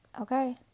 okay